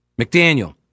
McDaniel